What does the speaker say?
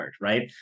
right